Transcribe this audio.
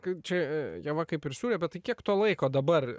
kaip čia ieva kaip ir siūlė bet tai kiek to laiko dabar